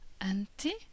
Anti